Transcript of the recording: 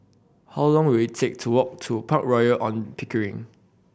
how long will it take to walk to Park Royal On Pickering